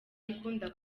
ikunda